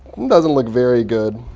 doesn't look very good.